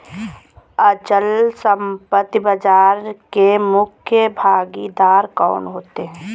अचल संपत्ति बाजार के मुख्य भागीदार कौन होते हैं?